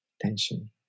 Tension